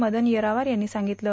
मदन येरावार यांनी सांगितलं